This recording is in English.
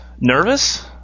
nervous